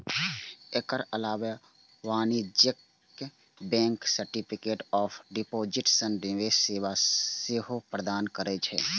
एकर अलावे वाणिज्यिक bank certificate of deposit सन निवेश सेवा सेहो प्रदान करै छै